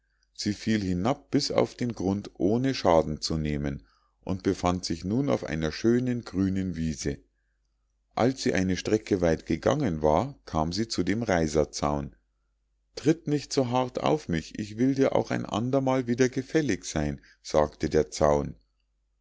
sie fiel hinab bis auf den grund ohne schaden zu nehmen und befand sich nun auf einer schönen grünen wiese als sie eine strecke weit gegangen war kam sie zu dem reiserzaun tritt nicht so hart auf mich ich will dir auch ein andermal wieder gefällig sein sagte der zaun